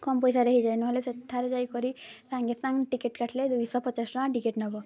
କମ୍ ପଇସାରେ ହେଇଯାଏ ନହେଲେ ସେଠାରେ ଯାଇକରି ସାଙ୍ଗେ ସାଙ୍ଗେ ଟିକେଟ୍ କାଟିଲେ ଦୁଇଶହ ପଚାଶ ଟଙ୍କା ଟିକେଟ୍ ନେବ